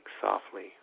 softly